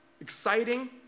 Exciting